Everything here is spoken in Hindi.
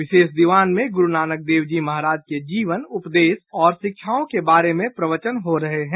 विशेष दीवान में गुरुनानक देव जी महाराज के जीवन उपदेश और शिक्षाओं के बारे में प्रवचन हो रहे हैं